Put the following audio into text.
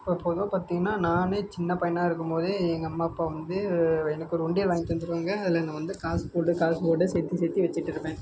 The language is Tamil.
இப்போ பொதுவாக பார்த்திங்கனா நானும் சின்ன பையனாக இருக்கும் போதே எங்கள் அம்மா அப்பா வந்து எனக்கு ஒரு உண்டியல் வாங்கி தந்துருவாங்க அதில் நான் வந்து காஸ் போட்டு காஸ் போட்டு சேர்த்தி சேர்த்தி வச்சிட்டு இருப்பேன்